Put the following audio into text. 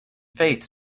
faith